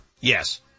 Yes